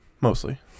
Mostly